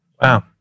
Wow